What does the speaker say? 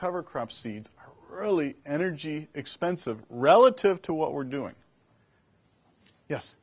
cover crop seed are early energy expensive relative to what we're doing yes